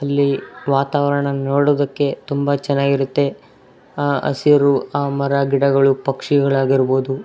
ಅಲ್ಲಿ ವಾತಾವರಣ ನೋಡೋದಕ್ಕೆ ತುಂಬ ಚೆನ್ನಾಗಿರುತ್ತೆ ಆ ಹಸಿರು ಆ ಮರ ಗಿಡಗಳು ಪಕ್ಷಿಗಳಾಗಿರ್ಬೋದು